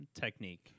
technique